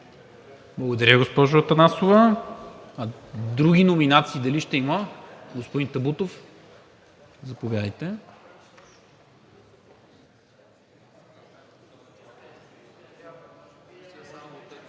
Благодаря, госпожо Атанасова. Други номинации дали ще има? Господин Табутов, заповядайте.